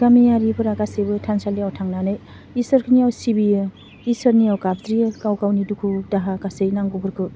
गामियारिफोरा गासिबो थानसालियाव थांनानै इसोरनियाव सिबियो इसोरनियाव गाबज्रियो गाव गावनि दुखु दाहा गासै नांगौफोरखौ